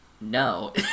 No